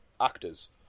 actors